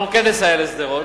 אנחנו כן נסייע לשדרות.